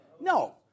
No